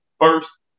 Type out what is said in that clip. first